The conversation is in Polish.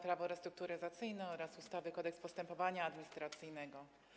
Prawo restrukturyzacyjne oraz ustawy Kodeks postępowania administracyjnego.